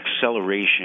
acceleration